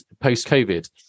post-COVID